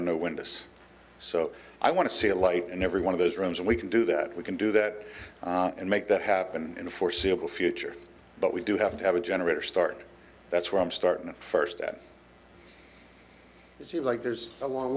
are no windows so i want to see a light and every one of those rooms and we can do that we can do that and make that happen in the foreseeable future but we do have to have a generator start that's from starting the first at it seems like there's along